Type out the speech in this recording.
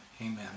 amen